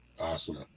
awesome